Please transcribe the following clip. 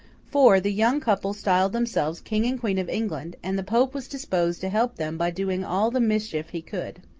for, the young couple styled themselves king and queen of england, and the pope was disposed to help them by doing all the mischief he could.